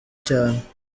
cyane